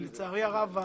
לצערי הרב,